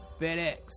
FedEx